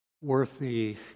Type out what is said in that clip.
worthy